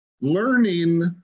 learning